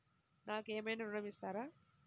నాకు ఏమైనా ఋణం ఇస్తారా?